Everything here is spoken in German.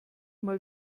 mal